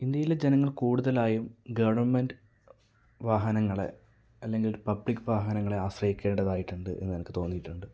ഇന്ത്യയിലെ ജനങ്ങൾ കൂടുതലായും ഗവൺമെന്റ് വാഹനങ്ങളെ അല്ലെങ്കിൽ പബ്ലിക് വാഹനങ്ങളെ ആശ്രയിക്കേണ്ടതായിട്ടുണ്ട് എന്ന് എനിക്ക് തോന്നിയിട്ടുണ്ട്